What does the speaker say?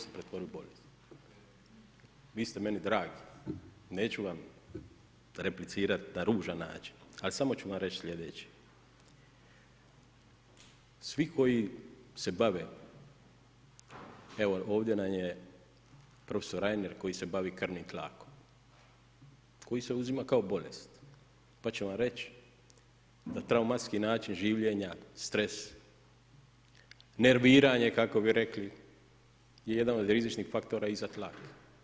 Vi ste meni dragi i neću vam replicirati na ružan način, ali samo ću vam reći sljedeće, svi koji se bave evo, ovdje nam je prof. Reiner koji se bavi krvnim tlakom, koji se uzima kao bolest, pa ću vam reći, da traumatski način življenja, stres, nerviranja kako bi rekli je jedan od rizičnih faktora i za tlak.